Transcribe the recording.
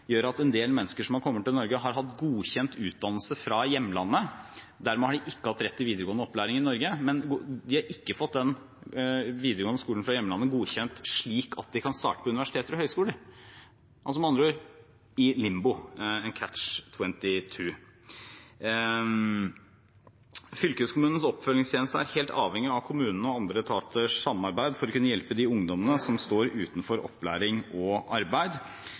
gjør at en del mennesker som har kommet til Norge og har hatt godkjent utdannelse fra hjemlandet, ikke har hatt rett til videregående opplæring i Norge, men har ikke fått den videregående skolen fra hjemlandet godkjent slik at de kan starte på universiteter og høyskoler – med andre ord i limbus, en catch 22. Fylkeskommunens oppfølgingstjeneste er helt avhengig av kommunens og andre etaters samarbeid for å kunne hjelpe de ungdommene som står utenfor opplæring og arbeid.